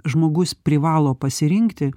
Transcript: žmogus privalo pasirinkti